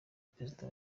perezida